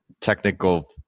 technical